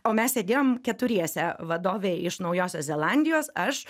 o mes sėdėjom keturiese vadovė iš naujosios zelandijos aš